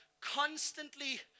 constantly